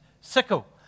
sickle